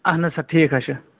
اہَن حظ سَر ٹھیٖک حظ چھِ